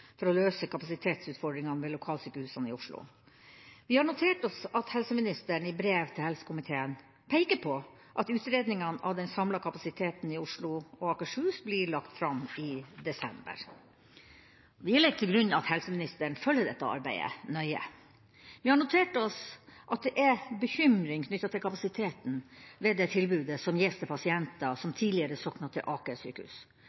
for å løse kapasitetsutfordringene ved lokalsykehusene i Oslo. Vi har notert oss at helseministeren i brev til helsekomiteen peker på at utredningene av den samla kapasiteten i Oslo og Akershus blir lagt fram i desember. Vi legger til grunn at helseministeren følger dette arbeidet nøye. Vi har notert oss at det er bekymring knytta til kapasiteten ved det tilbudet som gis til pasienter som tidligere sognet til Aker sykehus,